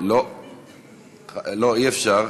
לא, אי-אפשר.